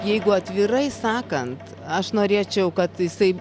jeigu atvirai sakant aš norėčiau kad jisai